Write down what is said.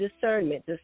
discernment